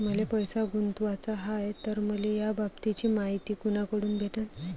मले पैसा गुंतवाचा हाय तर मले याबाबतीची मायती कुनाकडून भेटन?